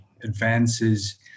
advances